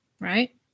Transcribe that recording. Right